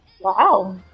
Wow